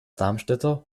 darmstädter